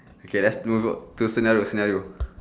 okay let's move on to scenario scenario